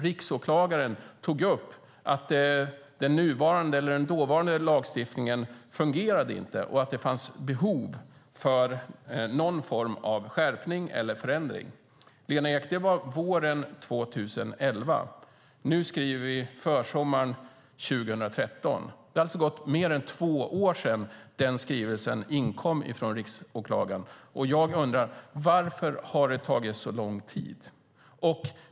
Riksåklagaren tog upp att den nuvarande, eller den dåvarande, lagstiftningen inte fungerade och att det fanns behov av någon form av skärpning eller förändring. Lena Ek, det var våren 2011. Nu skriver vi försommaren 2013. Det har alltså gått mer än två år sedan denna skrivelse från riksåklagaren inkom. Jag undrar: Varför har det tagit så lång tid?